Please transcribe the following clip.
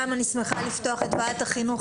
אני מתכבדת לפתוח את ישיבת ועדת החינוך,